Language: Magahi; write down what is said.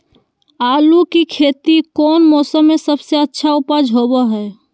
आलू की खेती कौन मौसम में सबसे अच्छा उपज होबो हय?